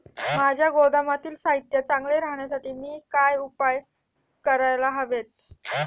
माझ्या गोदामातील साहित्य चांगले राहण्यासाठी मी काय उपाय काय करायला हवेत?